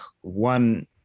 one